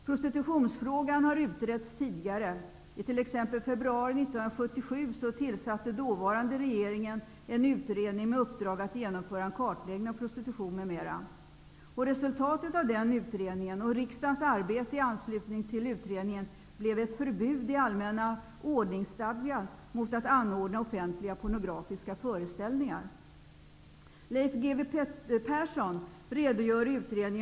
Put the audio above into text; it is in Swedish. Prostitutionsfrågan har utretts tidigare. I Resultatet av den utredningen och riksdagens arbete i anslutning till utredningen blev ett förbud i allmänna ordningsstadgan mot att anordna offentliga pornografiska föreställningar.